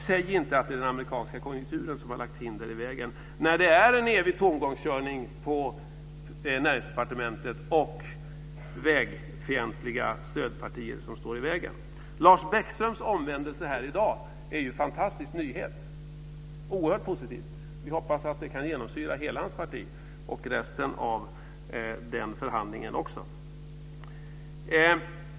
Säg inte att det är den amerikanska konjunkturen som har lagt hinder i vägen när det är en evig tomgångskörning på Näringsdepartementet och vägfientliga stödpartier som står i vägen. Lars Bäckströms omvändelse här i dag är ju en fantastisk nyhet. Det är oerhört positivt, och vi hoppas att det kan genomsyra hela hans parti och resten av denna förhandling också.